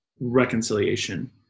reconciliation